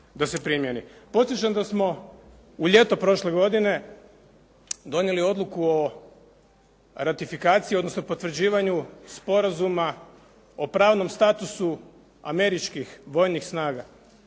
da se primijeni. Podsjećam da smo u ljeto prošle godine donijeli odluku o ratifikaciji, odnosno potvrđivanju Sporazuma o pravnom statusu američkih vojnih snaga